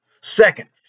Second